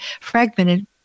fragmented